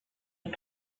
les